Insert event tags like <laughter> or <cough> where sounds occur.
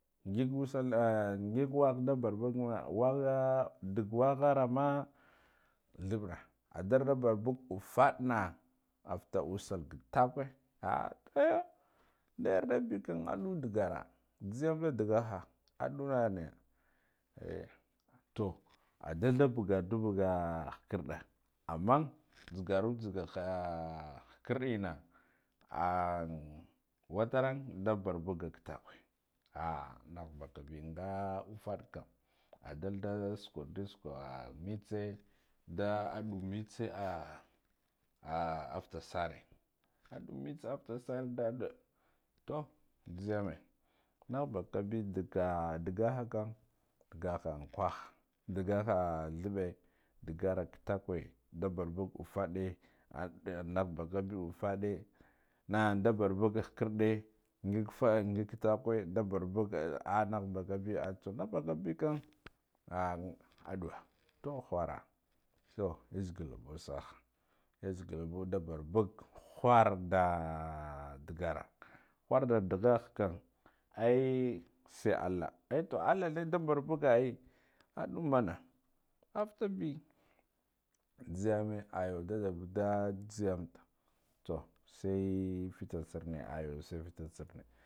Ngig usal <hesitation> ngig wagh da barbug wa, whaghadug wagharama theɓra abar da bar bug ufaɗna a futa usal kitakwe ah eh da yarda bikam aɗu digara ghiyam da dig aha aɗunane eh to udalda bugadu baga khikirɗe amman jhigaru jhigaha khikir ina ahn wataran da barbuga kita kwe ah nah bakabi nga ufaɗ kam a dalda sukwa du sukwa mtse <hesitation> futasa re aɗu mts afuta sar da da to jhiyame nahbakabi diga digaha kam digaha unawah digaha theɓɓe digara kitakwe da barbug ufaɗe ahnd nahbaka biyo to nah baka bikam ah aɗuwa to whara to ya zgila ɓo saha yazgila ɓo da barbug wharda digara wharda digahkam ai sai allah to allahne da barbug ai aɗu mana afakabi jhiyame ayo da jhiyam ta to sai fitsa sirne ayo sai fitsa sir ne.